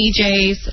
DJs